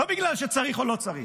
לא בגלל שצריך או לא צריך.